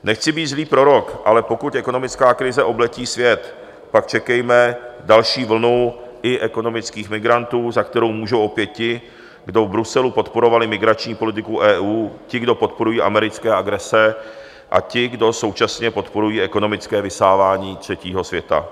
Nechci být zlý prorok, ale pokud ekonomická krize obletí svět, pak čekejme další vlnu i ekonomických migrantů, za kterou můžou opět ti, kdo v Bruselu podporovali migrační politiku EU, ti, kdo podporují americké agrese a ti, kdo současně podporují ekonomické vysávání třetího světa.